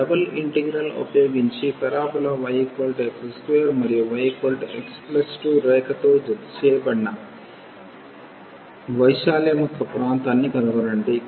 double integral ఉపయోగించి parabola yx2 మరియు y x2 రేఖతో జతచేయబడిన వైశాల్యం యొక్క ప్రాంతాన్ని కనుగొనండి